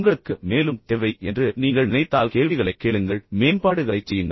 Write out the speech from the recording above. உங்களுக்கு மேலும் தேவை என்று நீங்கள் நினைத்தால் கேள்விகளைக் கேளுங்கள் மேம்பாடுகளைச் செய்யுங்கள்